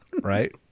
right